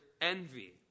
envy